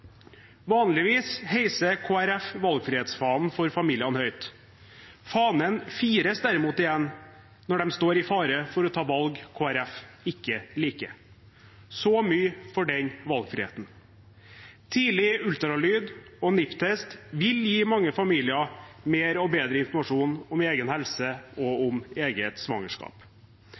Vanligvis heiser Kristelig Folkeparti valgfrihetsfanen for familiene høyt. Fanen fires derimot igjen når de står i fare for å ta valg Kristelig Folkeparti ikke liker – så mye for den valgfriheten. Tidlig ultralyd og NIPT-test vil gi mange familier mer og bedre informasjon om egen helse og om eget svangerskap.